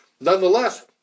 nonetheless